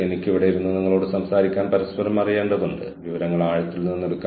എന്ത് അറ്റകുറ്റപ്പണി നടത്തിയാലും അടുത്ത ഒരു വർഷത്തേക്ക് തകരാതിരിക്കാൻ ഞങ്ങൾ ചെയ്യുന്ന ജോലി നന്നായി ചെയ്യും